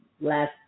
last